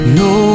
no